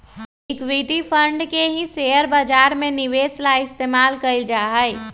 equity fund के ही share बाजार में निवेश ला इस्तेमाल कइल जाहई